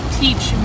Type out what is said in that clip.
teach